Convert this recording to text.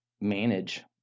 manage